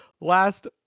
Last